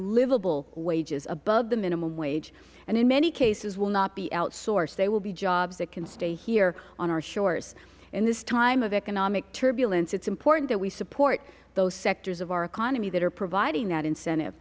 livable wages above the minimum wage and in many cases will not be outsourced they will be jobs that can stay here on our shores in this time of economic turbulence it's important that we support those sectors of our economy that are providing that incentive